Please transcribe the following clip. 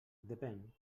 depèn